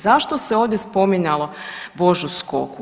Zašto se ovdje spominjalo Božu Skoku?